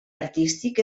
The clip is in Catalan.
artístic